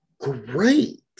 great